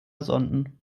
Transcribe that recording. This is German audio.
sonden